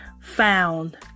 found